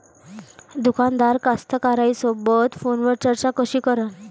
दुकानदार कास्तकाराइसोबत फोनवर चर्चा कशी करन?